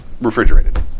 refrigerated